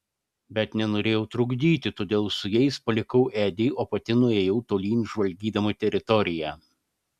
bet nenorėjau trukdyti todėl su jais palikau edį o pati nuėjau tolyn žvalgydama teritoriją